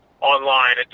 online